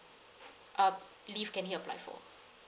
uh leave can he apply for